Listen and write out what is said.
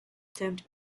termed